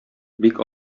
бик